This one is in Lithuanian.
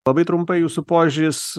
labai trumpai jūsų požiūris